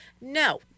No